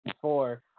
Four